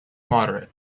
moderate